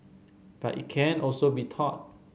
but it can also be taught